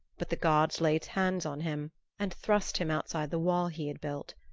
but the gods laid hands on him and thrust him outside the wall he had built.